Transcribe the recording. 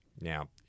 Now